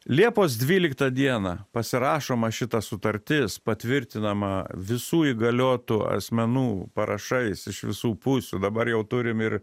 liepos dvyliktą dieną pasirašoma šita sutartis patvirtinama visų įgaliotų asmenų parašais iš visų pusių dabar jau turim ir